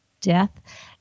death